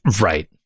Right